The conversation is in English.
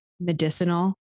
medicinal